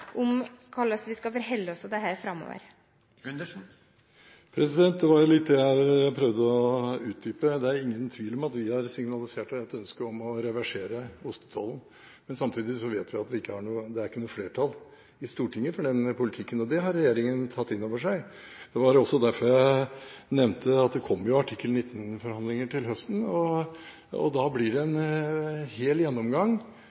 om hvordan vi skal forholde oss til dette framover? Det var jo det jeg prøvde å utdype. Det er ingen tvil om at vi har signalisert et ønske om å reversere ostetollen. Samtidig vet vi at det ikke er noe flertall i Stortinget for den politikken, og det har regjeringen tatt inn over seg. Det var også derfor jeg nevnte at det kommer artikkel 19-forhandlinger til høsten, og da blir det en gjennomgang